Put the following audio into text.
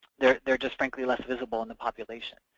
they're they're just frankly less visible in the population.